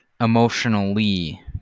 Emotionally